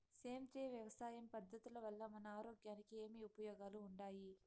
సేంద్రియ వ్యవసాయం పద్ధతుల వల్ల మన ఆరోగ్యానికి ఏమి ఉపయోగాలు వుండాయి?